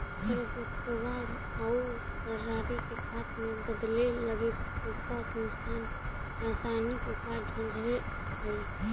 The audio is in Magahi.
खरपतवार आउ पराली के खाद में बदले लगी पूसा संस्थान रसायनिक उपाय ढूँढ़ले हइ